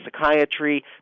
psychiatry